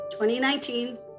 2019